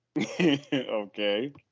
Okay